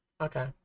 Okay